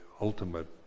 ultimate